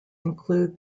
include